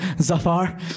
Zafar